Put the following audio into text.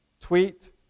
tweet